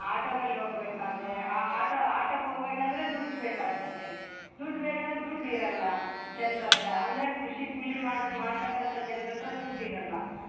ಆಟೋದಲ್ಲಿ ಹೋಗ್ಬೇಕಾದ್ರೆ ಆಟೋ ಆಟೋಕ್ಕೆ ಹೋಗ್ಬೇಕಂದ್ರೆ ದುಡ್ಡು ಬೇಕಾಗ್ತದೆ ದುಡ್ಡು ಬೇಕಂದರೆ ದುಡ್ಡು ಇರೋಲ್ಲ ಜನ್ರ ಹತ್ರ ಅಂದರೆ ಕೃಷಿ ಕೂಲಿ ಮಾಡ ಮಾಡತಕ್ಕಂಥ ಜನ್ರ ಹತ್ರ ದುಡ್ಡು ಇರೋಲ್ಲ